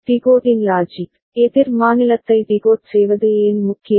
decoding logic எதிர் மாநிலத்தை decode செய்வது ஏன் முக்கியம்